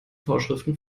vorschriften